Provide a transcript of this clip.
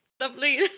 lovely